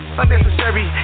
unnecessary